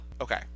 Okay